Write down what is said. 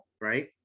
right